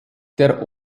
der